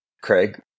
Craig